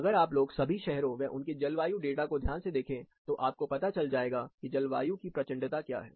अगर आप लोग सभी शहरों व उनके जलवायु डाटा को ध्यान से देखें तो आपको पता चल जाएगा कि जलवायु की प्रचंडता क्या है